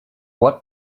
what